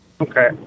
okay